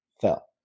fell